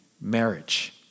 marriage